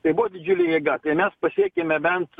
tai buvo didžiulė jėga kai mes pasiekėme bent